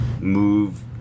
move